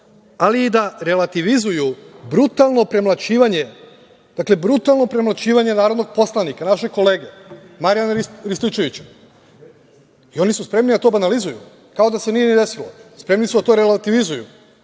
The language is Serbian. ali i da relativizuju brutalno premlaćivanje narodnog poslanika, našeg kolege, Marijana Rističevića.I oni su spremni da to banalizuju, kao da se nije ni desilo. Spremni su da to relativizuju,